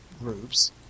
groups